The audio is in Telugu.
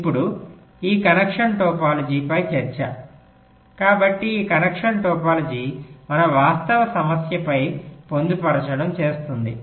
ఇప్పుడు ఈ కనెక్షన్ టోపోలాజీపై చర్చ కాబట్టి ఈ కనెక్షన్ టోపోలాజీ మన వాస్తవ సమస్యపై పొందుపరచడం చేస్తుంది